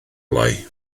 lai